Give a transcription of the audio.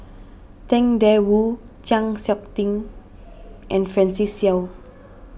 Tang Da Wu Chng Seok Tin and Francis Seow